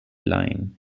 line